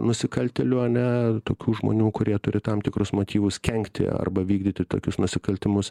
nusikaltėlių ane tokių žmonių kurie turi tam tikrus motyvus kenkti arba vykdyti tokius nusikaltimus